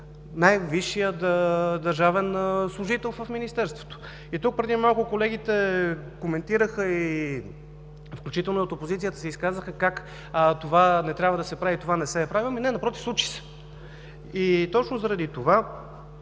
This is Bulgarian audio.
най-висшият държавен служител в Министерството. И тук преди малко колегите коментираха, включително и от опозицията се изказаха, как това не трябва да се прави и не се е правило. Напротив, случи се, и точно заради това